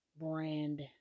brand